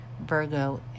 Virgo